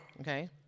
okay